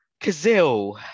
Kazil